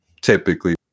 typically